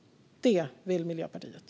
Det vill Miljöpartiet.